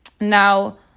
Now